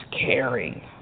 caring